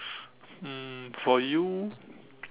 um for you